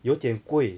有点贵